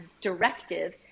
directive